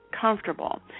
comfortable